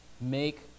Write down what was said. make